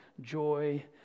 joy